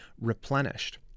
replenished